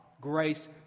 grace